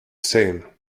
same